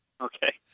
Okay